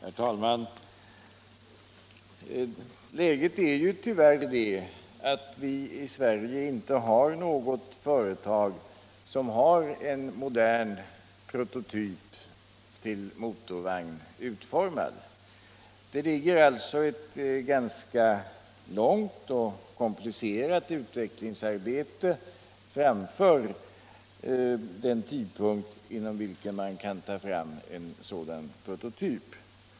Herr talman! Läget är tyvärr det att i Sverige inte finns något företag som har en modern prototyp till motorvagn utformad. Det ligger alltså ett ganska långt och komplicerat utvecklingsarbete framför den tidpunkt då man kan ta fram en sådan prototyp.